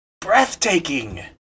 breathtaking